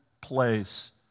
place